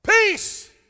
Peace